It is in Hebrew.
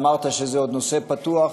אמרת שזה נושא פתוח,